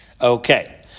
Okay